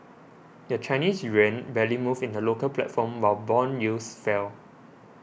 the Chinese yuan barely moved in the local platform while bond yields fell